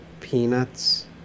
peanuts